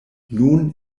nun